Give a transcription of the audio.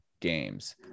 games